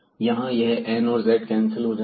यहां यह n और z कैंसिल हो जाएंगे